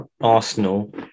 Arsenal